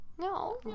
No